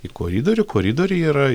į koridorių koridoriuje yra